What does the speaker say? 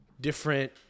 different